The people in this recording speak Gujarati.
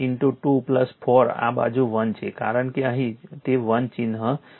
5 × 2 4 આ બાજુ 1 છે કારણ કે અહીં તે 1 ચિહ્ન છે